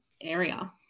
area